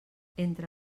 entre